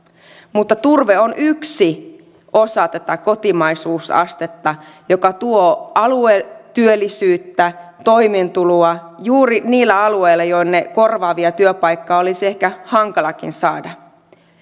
mutta turve on yksi osa tätä kotimaisuusastetta joka tuo aluetyöllisyyttä toimeentuloa juuri niillä alueilla jonne korvaavia työpaikkoja olisi ehkä hankalakin saada